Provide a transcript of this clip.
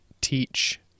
teach